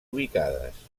ubicades